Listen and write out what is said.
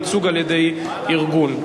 ייצוג על-ידי ארגון),